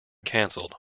cancelled